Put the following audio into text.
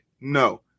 No